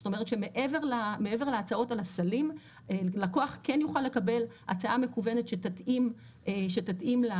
מעבר להצעות על הסלים לקוח יוכל לקבל הצעה מקוונת שתתאים לתנאים